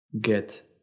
get